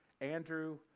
Andrew